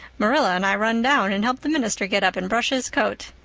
marilla and i run down and helped the minister get up and brush his coat.